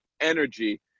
energy